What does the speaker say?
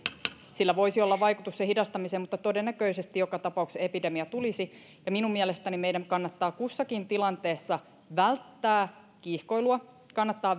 sillä voisi olla vaikutus sen hidastamiseen mutta todennäköisesti joka tapauksessa epidemia tulisi minun mielestäni meidän kannattaa kussakin tilanteessa välttää kiihkoilua kannattaa